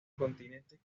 continentes